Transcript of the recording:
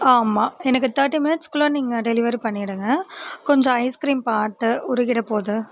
ஆமாம் எனக்கு தேர்ட்டி மினிட்ஸ்குள்ள நீங்கள் டெலிவரி பண்ணிடுங்கள் கொஞ்சம் ஐஸ்க்ரீம் பார்த்து உருகிடபோகுது